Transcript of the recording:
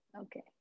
Okay